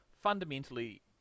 fundamentally